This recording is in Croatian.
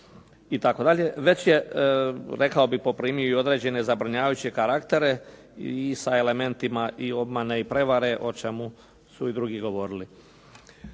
itd. već je rekao bih poprimio i određene zabrinjavajuće karaktere i sa elementima obmane i prijevare o čemu su i drugi govorili.